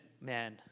man